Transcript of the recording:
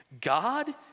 God